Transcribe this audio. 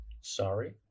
sorry